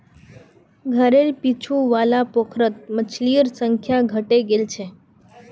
घरेर पीछू वाला पोखरत मछलिर संख्या घटे गेल छ